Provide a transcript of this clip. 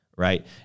right